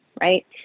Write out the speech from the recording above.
right